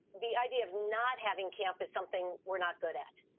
the idea of not having camp is something we're not good at.